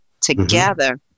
together